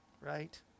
right